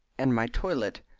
and my toilet,